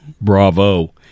Bravo